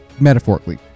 metaphorically